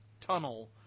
tunnel